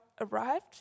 arrived